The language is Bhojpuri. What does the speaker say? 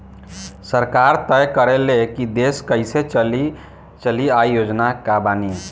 सरकार तय करे ले की देश कइसे चली आ योजना का बनी